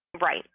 right